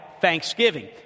Thanksgiving